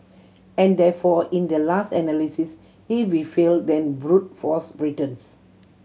and therefore in the last analysis if we fail then brute force returns